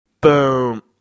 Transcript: Boom